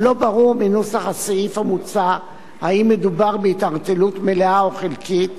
לא ברור מנוסח הסעיף המוצע אם מדובר בהתערטלות מלאה או חלקית,